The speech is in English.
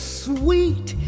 sweet